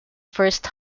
first